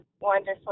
wonderful